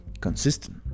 consistent